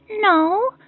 No